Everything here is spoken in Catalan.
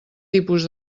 tipus